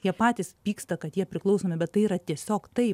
jie patys pyksta kad jie priklausomi bet tai yra tiesiog taip